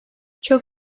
çok